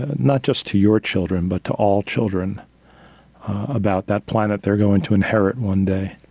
ah not just to your children, but to all children about that planet they're going to inherit one day.